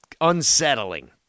unsettling